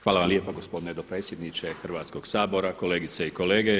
Hvala vam lijepa gospodine dopredsjedniče Hrvatskog sabora, kolegice i kolege.